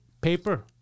paper